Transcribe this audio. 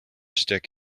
stick